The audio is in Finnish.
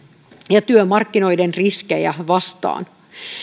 ja työmarkkinoiden riskejä vastaan